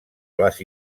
les